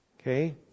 Okay